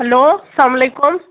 hello سلام علیکُم